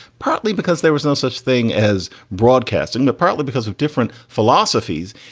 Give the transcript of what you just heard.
partly because there was no such thing as broadcasting. and partly because of different philosophies,